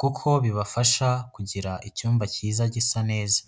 kuko bibafasha kugira icyumba kiza gisa neza.